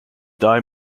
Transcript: dye